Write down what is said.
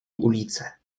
ulice